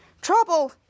trouble